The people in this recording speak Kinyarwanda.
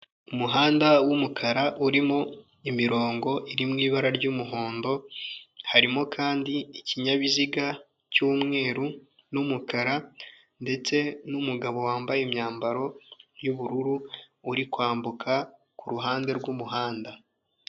Umuhanda w'umukara, urimo imirongo iri mu ibara ry'umuhondo, harimo kandi ikinyabiziga cy'umweru n'umukara, ndetse n'umugabo wambaye imyambaro y'ubururu, uri kwambuka kuruhande rw'umuhanda.